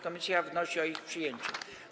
Komisja wnosi o ich przyjęcie.